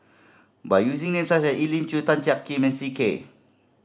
by using names such as Elim Chew Tan Jiak Kim and C K